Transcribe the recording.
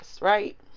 right